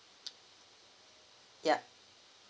ya